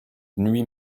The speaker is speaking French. nuit